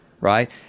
right